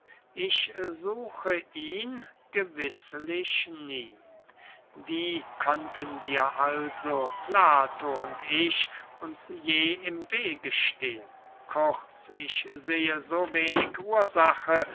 ich suche ihn gewißlich nie wie könnten wir also plato und ich uns je im wege stehen kurz ich sehe so wenig ursache